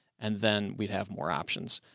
and then we'd have more options,